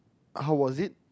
how was it